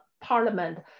Parliament